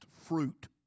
fruit